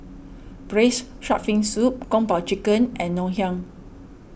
Braised Shark Fin Soup Kung Po Chicken and Ngoh Hiang